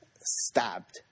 stabbed